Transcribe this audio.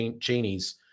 Cheney's